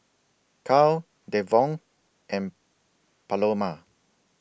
Carl Devaughn and Paloma